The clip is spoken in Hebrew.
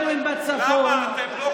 הבדואים בצפון, למה, אתם לא כמו כל האזרחים?